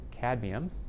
cadmium